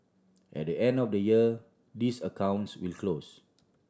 at the end of the year these accounts will close